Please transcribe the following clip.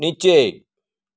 નીચે